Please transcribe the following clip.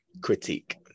Critique